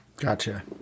Gotcha